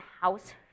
house